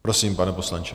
Prosím, pane poslanče.